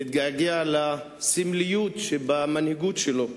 נתגעגע לסמליות שבמנהיגות שלו,